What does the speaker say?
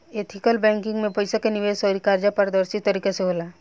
ethical banking में पईसा के निवेश अउर कर्जा पारदर्शी तरीका से होला